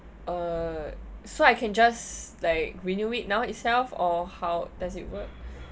uh so I can just like renew it now itself or how does it work